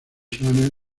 channel